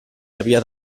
havia